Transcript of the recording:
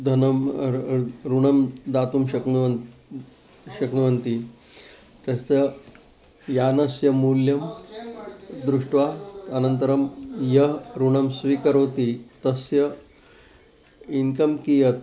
धनं ऋणं दातुं शक्नुवन्ति शक्नुवन्ति तस्य यानस्य मूल्यं दृष्ट्वा अनन्तरं यः ऋणं स्वीकरोति तस्य इन्कम् कियत्